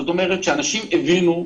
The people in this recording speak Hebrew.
זאת אומרת שאנשים הבינו,